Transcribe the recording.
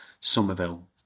Somerville